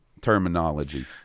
terminology